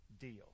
deal